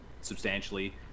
substantially